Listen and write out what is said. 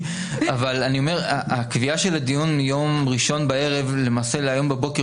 הקביעה של הדיון מיום ראשון בערב למעשה להבוקר